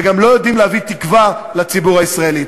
וגם לא יודעים להביא תקווה לציבור הישראלי.